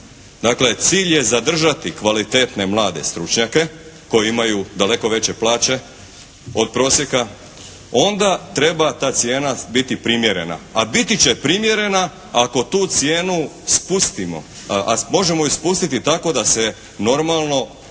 dakle cilj je zadržati kvalitetne mlade stručnjake koji imaju daleko veće plaće od prosjeka onda treba ta cijena biti primjerena a biti će primjerena ako tu cijenu spustimo a možemo ju spustiti tako da se normalno